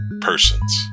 Persons